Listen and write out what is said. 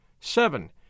Seven